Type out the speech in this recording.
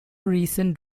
recent